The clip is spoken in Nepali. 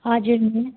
हजुर